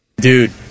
Dude